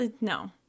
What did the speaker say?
No